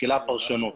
מתחילה הפרשנות.